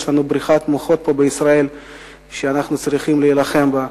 יש לנו פה בישראל בריחת מוחות שאנחנו צריכים להילחם בה.